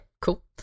cool